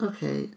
Okay